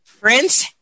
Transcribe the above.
Prince